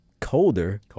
colder